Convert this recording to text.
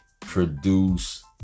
produce